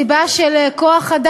סיבה של כוח-אדם,